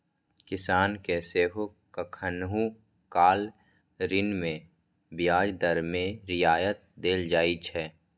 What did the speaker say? किसान कें सेहो कखनहुं काल ऋण मे ब्याज दर मे रियायत देल जाइ छै